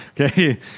Okay